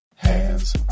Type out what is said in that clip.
Hands